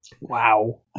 Wow